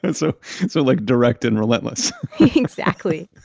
and so so like, direct and relentless exactly.